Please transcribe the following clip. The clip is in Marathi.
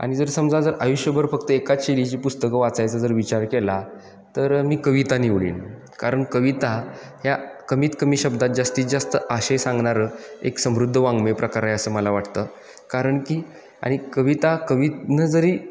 आणि जर समजा जर आयुष्यभर फक्त एकाच शैलीची पुस्तकं वाचायचं जर विचार केला तर मी कविता निवडीन कारण कविता ह्या कमीत कमी शब्दात जास्तीत जास्त आशय सांगणारं एक समृद्ध वाङमय प्रकार आहे असं मला वाटतं कारण की आणि कविता कवीनं जरी